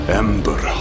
ember